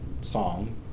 song